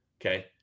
Okay